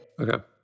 Okay